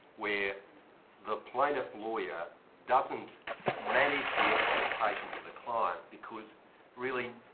where the plaintiff lawyer doesn't manage the expectations of the client. because really,